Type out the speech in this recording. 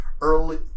early